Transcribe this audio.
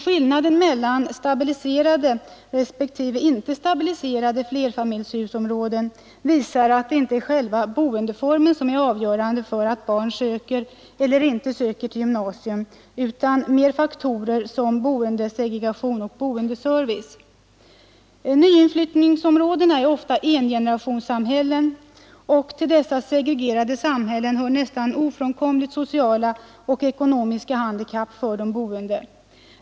Skillnaden mellan stabiliserade respektive icke stabiliserade flerfamiljshusområden visar att det inte är själva boendeformen som är avgörande för att barn söker eller inte söker till gymnasium utan mer faktorer som boendesegregation och boendeservice. Nyinflyttningsområden är ofta engenerationssamhällen och till dessa segregerade samhällen hör nästan ofrånkomligt sociala och ekonomiska handikapp för de boende.